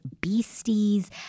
Beasties